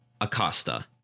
Acosta